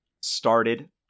started